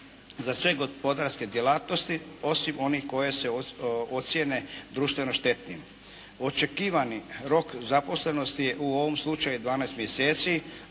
za sve gospodarske djelatnosti osim onih koje se ocijene društveno štetnim. Očekivani rok zaposlenosti je u ovom slučaju 12 mjeseci,